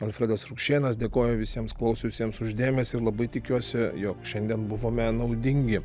alfredas rukšėnas dėkoju visiems klausiusiems už dėmesį ir labai tikiuosi jog šiandien buvome naudingi